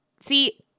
see